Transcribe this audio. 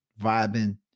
vibing